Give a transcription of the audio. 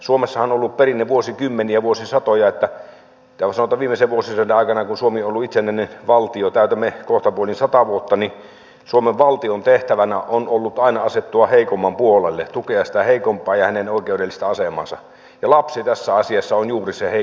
suomessahan on ollut perinne vuosikymmeniä vuosisatoja sanotaan viime vuosisadan aikana kun suomi on ollut itsenäinen valtio täytämme kohtapuoliin sata vuotta että suomen valtion tehtävänä on ollut aina asettua heikomman puolelle tukea sitä heikompaa ja hänen oikeudellista asemaansa ja lapsi tässä asiassa on juuri se heikoin astia